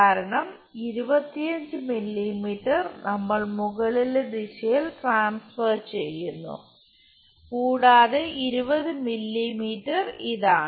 കാരണം 25 മില്ലീമീറ്റർ നമ്മൾ മുകളിലെ ദിശയിൽ ട്രാൻസ്ഫർ ചെയ്യുന്നു കൂടാതെ 20 മില്ലീമീറ്റർ ഇതാണ്